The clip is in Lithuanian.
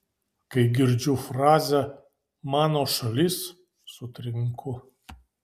kai girdžiu frazę mano šalis sutrinku